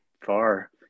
far